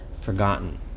forgotten